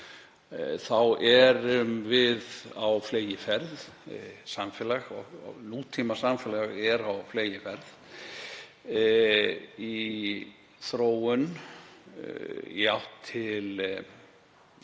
erum við á fleygiferð, samfélag og nútímasamfélag er á fleygiferð í þróun í átt til